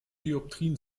dioptrien